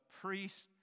priest